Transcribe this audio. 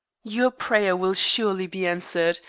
your prayer will surely be answered.